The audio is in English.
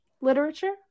literature